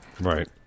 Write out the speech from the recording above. Right